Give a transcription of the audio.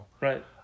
Right